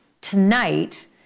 tonight